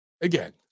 Again